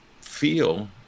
feel